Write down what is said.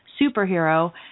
superhero